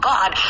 God